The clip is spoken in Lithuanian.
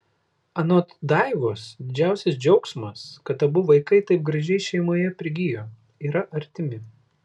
anot daivos didžiausias džiaugsmas kad abu vaikai taip gražiai šeimoje prigijo yra artimi